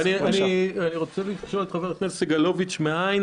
אני רוצה לשאול את חבר הכנסת סגלוביץ' מאין